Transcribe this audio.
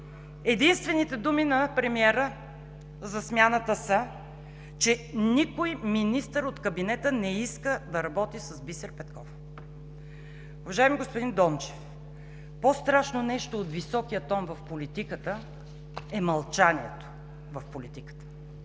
Единствените думи на премиера за смяната са, че никой министър от кабинета не иска да работи с Бисер Петков. Уважаеми господин Дончев, по-страшно нещо от високия тон в политиката е мълчанието в политиката.